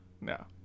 no